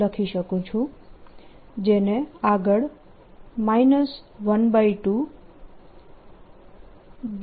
લખી શકું છું